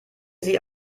sie